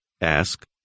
Ask